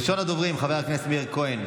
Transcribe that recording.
ראשון הדוברים, חבר הכנסת מאיר כהן,